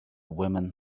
women